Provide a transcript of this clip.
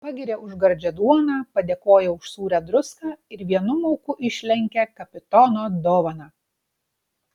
pagiria už gardžią duoną padėkoja už sūrią druską ir vienu mauku išlenkia kapitono dovaną